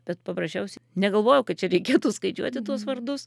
bet paprasčiausiai negalvojau kad čia reikėtų skaičiuoti tuos vardus